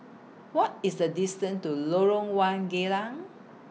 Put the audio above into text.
What IS The distance to Lorong one Geylang